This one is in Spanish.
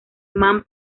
man